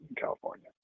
California